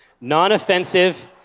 Non-offensive